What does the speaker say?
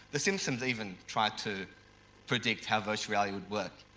the simpsons even tried to predict how virtual reality would work,